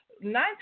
nine